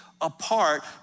apart